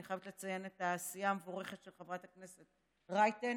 אני חייבת לציין את העשייה המבורכת של חברת הכנסת רייטן